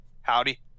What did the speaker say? howdy